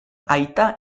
aita